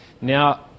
Now